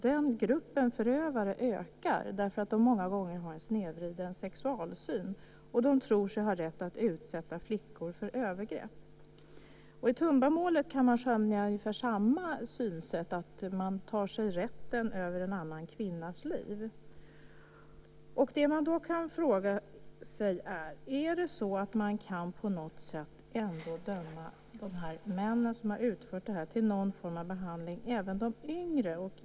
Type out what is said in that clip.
Den gruppen förövare ökar därför att de många gånger har en snedvriden sexualsyn och därför att de tror sig ha rätt att utsätta flickor för övergrepp. I Tumbamålet kan man skönja ungefär samma synsätt. Man tar sig rätten över en annan kvinnas liv. Det man då kan fråga sig är: Kan man på något sätt ändå döma dessa män som har utfört detta till någon form av behandling, och även de yngre?